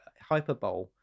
hyperbole